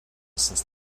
since